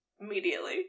immediately